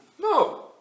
No